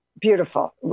Beautiful